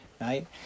right